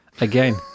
again